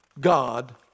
God